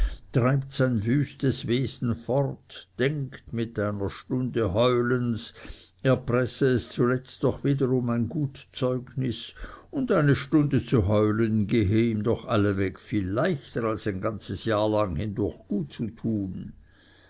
treibt sein wüstes wesen fort denkt mit einer stunde heulens erpresse es zuletzt doch wiederum ein gut zeugnis und eine stunde zu heulen gehe ihm doch allweg viel leichter als ein ganzes langes jahr hindurch gut zu tun